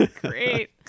Great